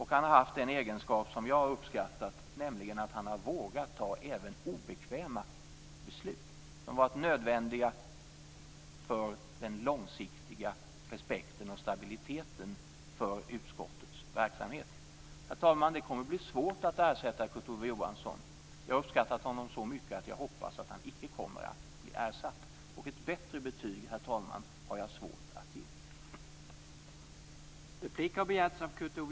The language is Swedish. Han har haft en egenskap som jag har uppskattat, nämligen att han har vågat fatta även obekväma beslut som har varit nödvändiga för den långsiktiga respekten för och stabiliteten i utskottets verksamhet. Herr talman! Det kommer att bli svårt att ersätta Kurt Ove Johansson. Jag har uppskattat honom så mycket att jag hoppas att han icke kommer att bli ersatt. Ett bättre betyg, herr talman, har jag svårt att ge.